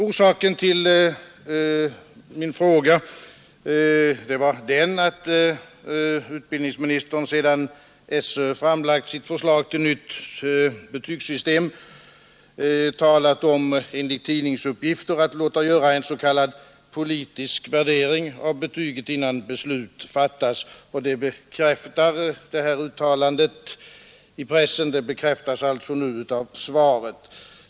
Orsaken till min fråga var den, att utbildningsministern sedan SÖ framlagt sitt förslag till nytt betygssystem enligt tidningsuppgifter talat om att låta göra en s.k. politisk värdering av betygssystemet innan beslut fattas. Det här uttalandet i pressen bekräftas nu av svaret.